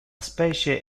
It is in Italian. specie